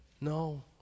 No